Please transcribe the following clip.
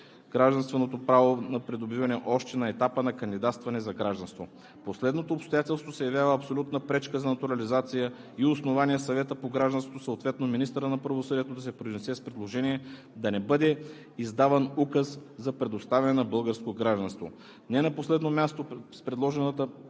гражданственото право на придобиване още на етапа на кандидатстване за гражданство. Последното обстоятелство се явява абсолютна пречка за натурализация и основание Съветът по гражданството, съответно министърът на правосъдието да се произнесе с предложение да не бъде издаван указ за предоставяне на българско гражданство. Не на последното място с предложената